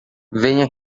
venha